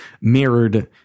mirrored